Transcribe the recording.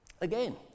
Again